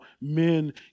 men